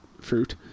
fruit